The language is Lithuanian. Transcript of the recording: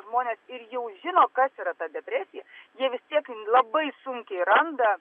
žmonės ir jau žino kas yra ta depresija jie vis tiek labai sunkiai randa